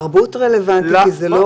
תרבות רלוונטית לזה,